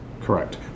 correct